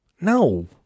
no